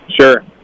sure